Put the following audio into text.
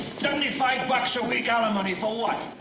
seventy five bucks a week alimony for what?